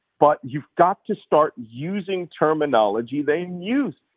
but you've got to start using terminology they use.